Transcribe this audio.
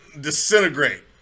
disintegrate